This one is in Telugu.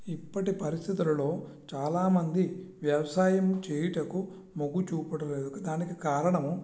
ఇప్పటి పరిస్థితులలో చాలా మంది వ్యవసాయం చేయుటకు మొగ్గు చూపుట లేదు దానికి కారణం